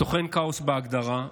סוכן כאוס בהגדרה,